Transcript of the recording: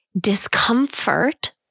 discomfort